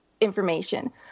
information